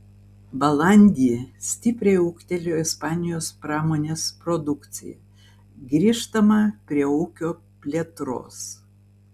balandį stipriai ūgtelėjo ispanijos pramonės produkcija grįžtama prie ūkio plėtros